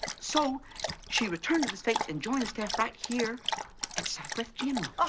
so she returned to the states and joined the staff right here at southwest general.